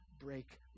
break